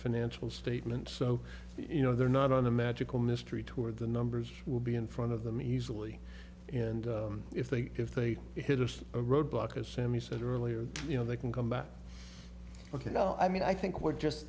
financial statement so you know they're not on a magical mystery tour the numbers will be in front of them easily and if they if they hit us a roadblock as sammy said earlier you know they can come back ok no i mean i think we're just